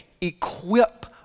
equip